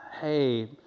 hey